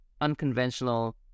unconventional